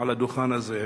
על הדוכן הזה,